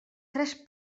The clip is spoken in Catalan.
tres